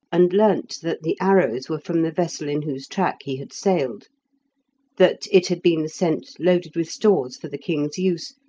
and learnt that the arrows were from the vessel in whose track he had sailed that it had been sent loaded with stores for the king's use,